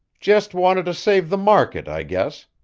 just wanted to save the market, i guess.